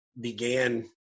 began